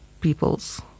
peoples